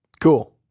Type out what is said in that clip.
Cool